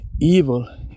Evil